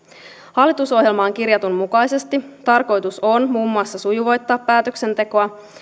hallitusohjelmaan kirjatun mukaisesti tarkoitus on muun muassa sujuvoittaa päätöksentekoa